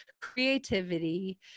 creativity